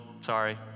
sorry